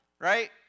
Right